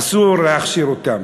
אסור להכשיר אותו.